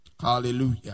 Hallelujah